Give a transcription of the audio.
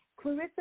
Clarissa